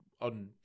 on